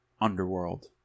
underworld